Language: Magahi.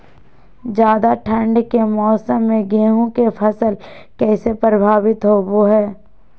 ज्यादा ठंड के मौसम में गेहूं के फसल कैसे प्रभावित होबो हय?